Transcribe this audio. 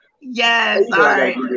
Yes